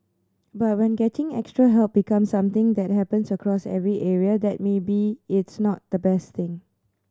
but when getting extra help becomes something that happens across every area then maybe it's not the best thing